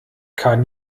kann